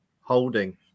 holding